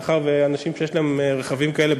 מאחר שאנשים שיש להם רכבים כאלה,